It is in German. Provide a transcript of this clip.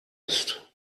ist